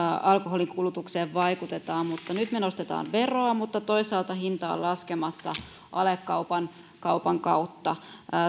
alkoholin kulutukseen vaikutetaan nyt me nostamme veroa mutta toisaalta hinta on laskemassa alekaupan kautta